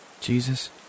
Jesus